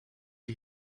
you